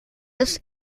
des